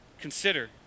consider